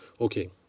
Okay